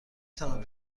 توانید